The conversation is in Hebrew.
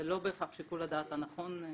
זה לא בהכרח שיקול הדעת הנכון.